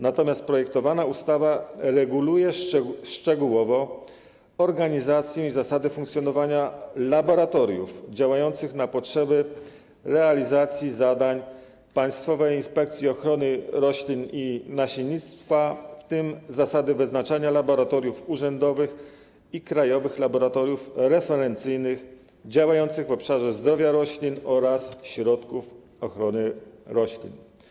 Natomiast projektowana ustawa reguluje szczegółowo organizację i zasady funkcjonowania laboratoriów działających na potrzeby realizacji zadań Państwowej Inspekcji Ochrony Roślin i Nasiennictwa, w tym zasady wyznaczania laboratoriów urzędowych i krajowych laboratoriów referencyjnych, działających w obszarze zdrowia roślin oraz środków ochrony roślin.